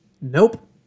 Nope